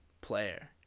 player